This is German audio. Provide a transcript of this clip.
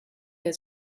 der